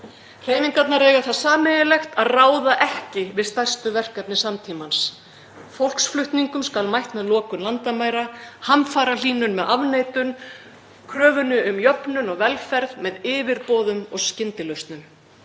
Hreyfingarnar eiga það sameiginlegt að ráða ekki við stærstu verkefni samtímans. Fólksflutningum skal mætt með lokun landamæra, hamfarahlýnun með afneitun, kröfunni um jöfnun og velferð með yfirboðum og skyndilausnum.